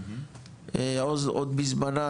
עוד בזמנה,